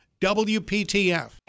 WPTF